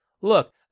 Look